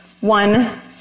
one